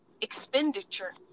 expenditure